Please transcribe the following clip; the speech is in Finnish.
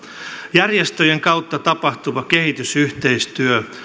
järjestöjen kautta tapahtuva kehitysyhteistyö